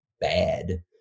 bad